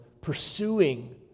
pursuing